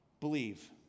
believe